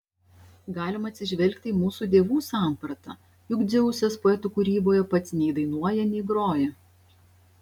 galima atsižvelgti į mūsų dievų sampratą juk dzeusas poetų kūryboje pats nei dainuoja nei groja